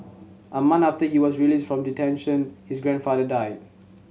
a month after he was released from detention his grandfather died